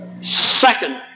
Second